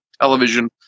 television